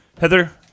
Heather